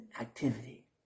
activity